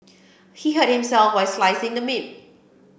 he hurt himself while slicing the meat